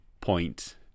point